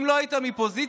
אם לא היית מפוזיציה,